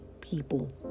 people